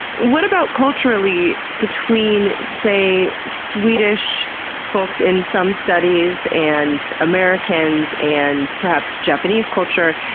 what about culturally? between, say, swedish folks in some studies, and americans, and perhaps japanese culture,